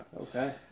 Okay